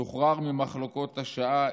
משוחרר ממחלוקות השעה.